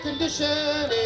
condition